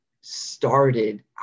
started